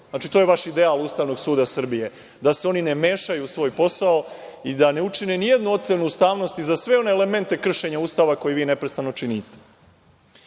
Znači, to je vaša ideja Ustavnog suda Srbije. Da se oni ne mešaju u svoj posao i da ne učine nijednu ocenu ustavnosti za sve one elemente kršenja Ustava koji vi neprestano činite. Dakle,